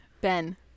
Ben